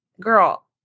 girl